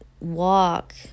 walk